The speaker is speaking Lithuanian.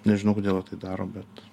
nežinau kodėl jie tai daro bet